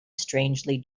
strangely